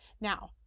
Now